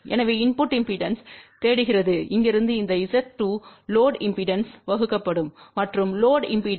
எனவே input impedance தேடுகிறது இங்கிருந்து இந்த Z2லோடு இம்பெடன்ஸ் வகுக்கப்படும் மற்றும் லோடு இம்பெடன்ஸ் என்ன